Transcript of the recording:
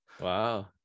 Wow